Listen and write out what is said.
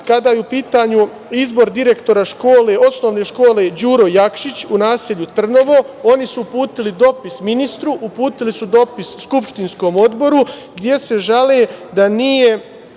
kada je u pitanju izbor direktora Osnovne škole „Đura Jakšić“ u naselju Trnovo. Oni su uputili dopis ministru. Uputili su dopis Skupštinskom odboru gde se žale da nisu